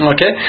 Okay